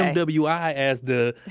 but mwi as the.